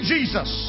Jesus